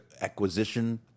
acquisition